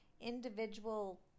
individual